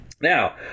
Now